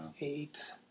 eight